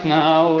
now